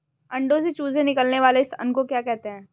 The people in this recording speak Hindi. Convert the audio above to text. अंडों से चूजे निकलने वाले स्थान को क्या कहते हैं?